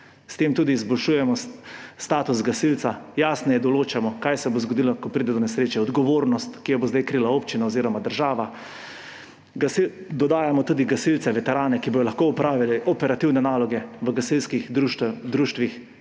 S tem tudi izboljšujemo status gasilca, jasneje določamo, kaj se bo zgodilo, ko pride do nesreče, odgovornost, ki jo bo zdaj krila občina oziroma država. Dodajamo tudi gasilce veterane, ki bodo lahko opravljali operativne naloge v gasilskih društvih po